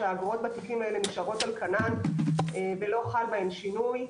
שהאגרות בתיקים האלה נשארות על כנן ולא חל בהן שינוי.